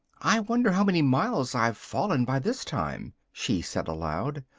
i wonder how many miles i've fallen by this time? she said aloud,